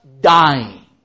dying